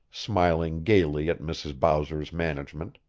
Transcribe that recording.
smiling gaily at mrs. bowser's management.